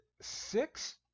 six